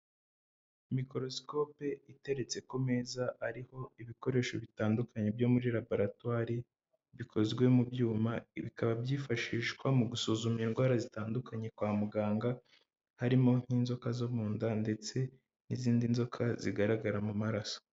Mikorosikopi iteretse ku meza, ariho ibikoresho bitandukanye byo muri laboratwari, bikozwe mu byuma, bikaba byifashishwa mu gusuzuma indwara zitandukanye kwa muganga, harimo nk'inzoka zo mu nda, ndetse n'izindi nzoka zigaragara mu maraso.